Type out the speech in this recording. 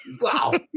Wow